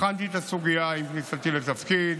בחנתי את הסוגיה עם כניסתי לתפקיד.